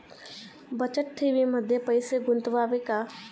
बचत ठेवीमध्ये पैसे गुंतवावे का?